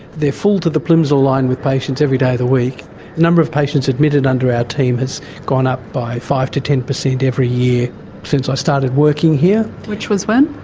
they're full to the plimsoll line with patients every day of the week. the number of patients admitted under our team has gone up by five to ten per cent every year since i started working here. which was when?